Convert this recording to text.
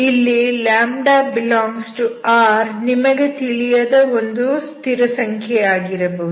ಇಲ್ಲಿ λ∈R ನಿಮಗೆ ತಿಳಿಯದ ಒಂದು ಸ್ಥಿರಸಂಖ್ಯೆಯಾಗಿರಬಹುದು